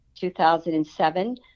2007